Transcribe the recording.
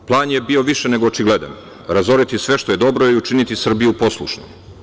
Plan je bio više nego očigledan, razoriti sve što je dobro i učiniti Srbiju poslušnom.